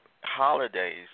holidays